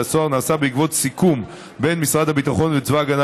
הסוהר נעשה בעקבות סיכום בין משרד הביטחון וצבא הגנה